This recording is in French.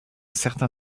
certain